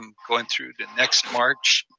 um going through to next march.